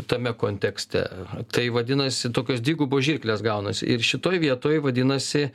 tame kontekste tai vadinasi tokios dvigubos žirklės gaunasi ir šitoj vietoj vadinasi